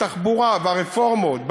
התחבורה והרפורמות בנמלים,